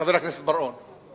חבר הכנסת בר-און.